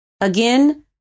Again